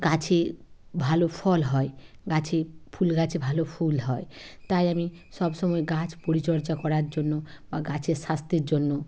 গাছে ভালো ফল হয় গাছে ফুল গাছে ভালো ফুল হয় তাই আমি সবসময় গাছ পরিচর্যা করার জন্য বা গাছের স্বাস্থ্যের জন্য